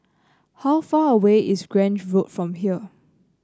how far away is Grange Road from here